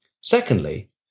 Secondly